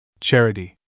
Charity